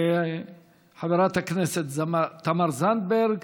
חברת הכנסת תמר זנדברג,